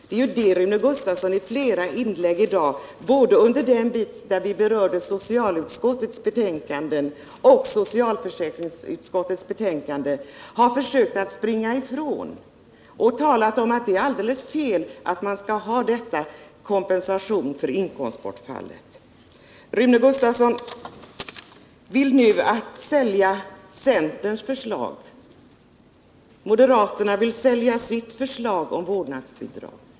Det är ju det Rune Gustavsson i flera inlägg — både när vi berörde socialutskottets betänkanden och då vi talade om socialförsäkringsutskottets betänkande — har försökt springa ifrån och talat om att det är alldeles fel att man skall ha denna kompensation för inkomstbortfall. Rune Gustavsson vill nu sälja centerns förslag. Moderaterna vill sälja sitt förslag om vårdnadsbidrag.